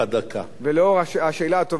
ולאור השאלה הטובה של היושב-ראש,